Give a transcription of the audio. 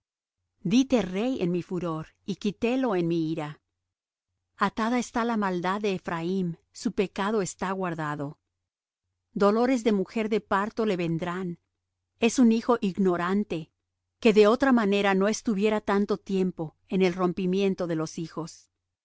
díte rey en mi furor y quitélo en mi ira atada está la maldad de ephraim su pecado está guardado dolores de mujer de parto le vendrán es un hijo ignorante que de otra manera no estuviera tanto tiempo en el rompimiento de los hijos